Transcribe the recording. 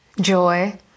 Joy